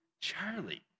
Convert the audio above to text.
Charlie